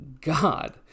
God